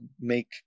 make